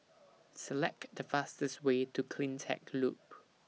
Select The fastest Way to CleanTech Loop